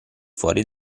fuori